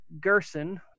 Gerson